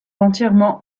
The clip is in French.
entièrement